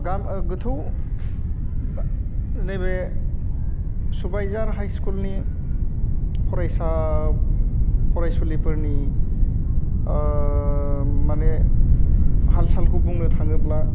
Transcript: गान गोथौ बा नैबे सुबाइजार हाइ स्कुल नि फरायसा फरायसुलिफोरनि मानि हाल सालखौ बुंनो थाङोब्ला